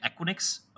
equinix